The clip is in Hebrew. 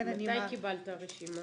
מתי קיבלת את הרשימה?